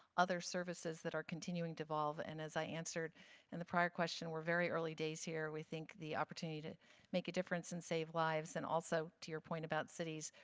other services that are continuing to evolve. and as i answered in the prior question, we're very early days here. we think the opportunity to make a difference and save lives and also to your point about cities,